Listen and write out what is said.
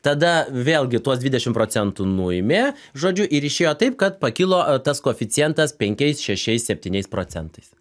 tada vėlgi tuos dvidešim procentų nuimė žodžiu ir išėjo taip kad pakilo tas koeficientas penkiais šešiais septyniais procentais